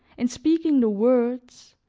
in speaking the words,